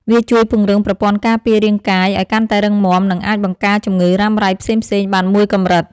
វាជួយពង្រឹងប្រព័ន្ធការពាររាងកាយឱ្យកាន់តែរឹងមាំ និងអាចបង្ការជំងឺរ៉ាំរ៉ៃផ្សេងៗបានមួយកម្រិត។